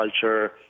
culture